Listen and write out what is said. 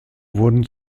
wurden